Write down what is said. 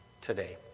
today